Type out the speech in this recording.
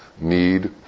need